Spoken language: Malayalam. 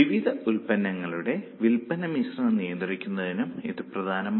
വിവിധ ഉൽപ്പന്നങ്ങളുടെ വിൽപ്പന മിശ്രണം നിർണ്ണയിക്കുന്നതിനും ഇത് പ്രധാനമാണ്